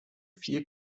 viel